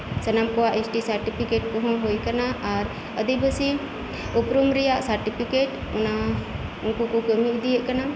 ᱥᱟᱱᱟᱢ ᱠᱚᱣᱟᱜ ST certificate ᱠᱚᱦᱚᱸ ᱦᱩᱭ ᱟᱠᱟᱱᱟ ᱟᱨ ᱟᱹᱫᱤᱵᱟᱹᱥᱤ ᱩᱯᱨᱩᱢ ᱨᱮᱭᱟᱜ ᱥᱟᱴᱤᱯᱤᱠᱮᱴ ᱚᱱᱟ ᱩᱱᱠᱩᱠᱩ ᱠᱟᱹᱢᱤ ᱤᱫᱤᱭᱮᱫ ᱠᱟᱱᱟ